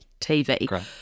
TV